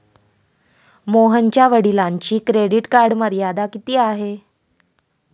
मोहनच्या वडिलांची credit card मर्यादा किती आहे?